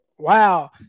Wow